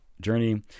Journey